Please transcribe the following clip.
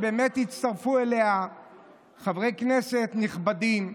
שהצטרפו אליה חברי כנסת נכבדים,